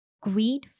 Greed